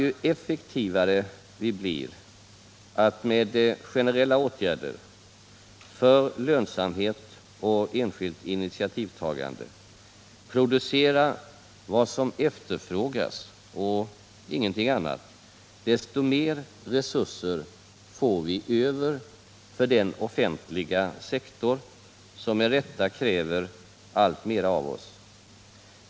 Ju effektivare vi blir i att med generella åtgärder för bättre lönsamhet och enskilt initiativtagande producera vad som efterfrågas och ingenting annat, desto mer resurser får vi över för den offentliga sektor som med rätta kräver alltmera av oss.